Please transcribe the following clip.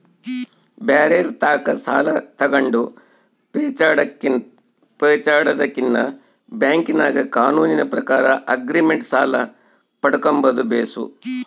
ಬ್ಯಾರೆರ್ ತಾಕ ಸಾಲ ತಗಂಡು ಪೇಚಾಡದಕಿನ್ನ ಬ್ಯಾಂಕಿನಾಗ ಕಾನೂನಿನ ಪ್ರಕಾರ ಆಗ್ರಿಮೆಂಟ್ ಸಾಲ ಪಡ್ಕಂಬದು ಬೇಸು